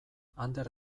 ander